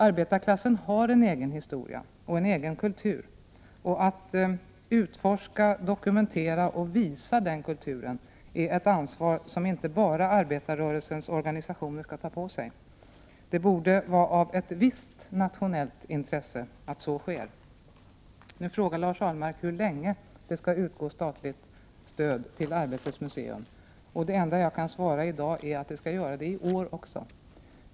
Arbetarklassen har en egen historia och en egen kultur, och att utforska, dokumentera och visa den kulturen är ett ansvar som inte bara arbetarrörelsens organisationer skall ta på sig. Det borde ha ett visst nationellt intresse att så sker. Nu frågar Lars Ahlmark hur länge det skall utgå statligt stöd till Arbetets museum. Det enda jag kan svara i dag är att det skall göra det i år också.